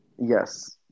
Yes